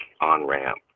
on-ramp